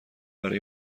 برای